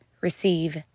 receive